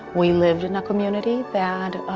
we lived in a community that